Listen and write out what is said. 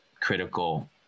critical